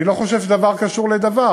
אני לא חושב שדבר קשור לדבר.